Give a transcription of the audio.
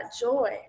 joy